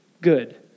good